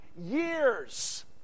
years